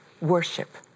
worship